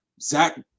Zach